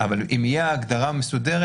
אבל אם תהיה הגדרה מסודרת,